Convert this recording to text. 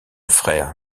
frère